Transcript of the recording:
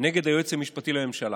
נגד היועץ המשפטי לממשלה.